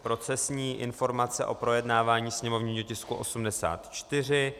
Procesní informace o projednávání sněmovního tisku 84.